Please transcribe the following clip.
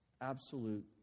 Absolute